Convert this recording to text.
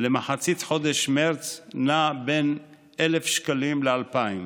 למחצית חודש מרץ נע בין 1,000 שקלים ל-2,000.